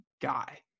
guy